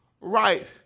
right